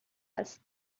است